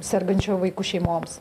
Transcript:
sergančių vaikų šeimoms